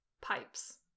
pipes